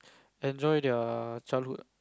enjoy their childhood